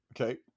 Okay